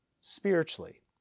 spiritually